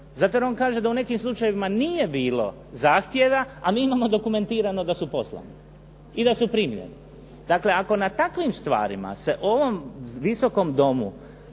Zato jer on kaže da u nekim slučajevima nije bilo zahtjeva a mi imamo dokumentirano da su poslani i da su primljeni. Dakle, ako na takvim stvarima se ovom Visokom domu